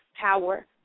power